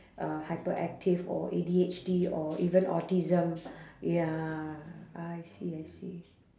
uh hyperactive or A_D_H_D or even autism ya I see I see